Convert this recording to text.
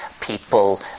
people